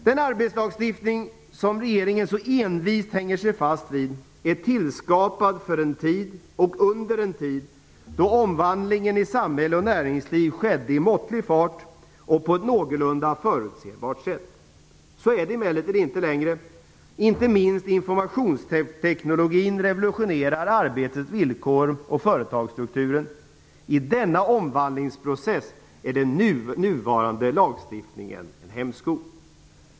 Den arbetsmarknadslagstiftning som regeringen så envist hänger sig fast vid är tillskapad för en tid och under en tid då omvandlingen i samhälle och näringsliv skedde i måttlig fart och på ett någorlunda förutsebart sätt. Så är det emellertid inte längre. Inte minst informationstekniken revolutionerar arbetsvillkor och företagsstruktur. I denna omvandlingsprocess är den nuvarande lagstiftningen en hämsko.